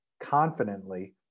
confidently